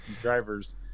driver's